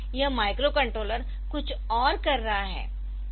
तो अगर यह माइक्रोकंट्रोलर कुछ और कर रहा है